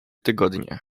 tygodnie